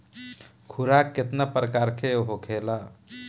खुराक केतना प्रकार के होखेला?